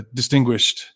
distinguished